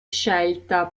scelta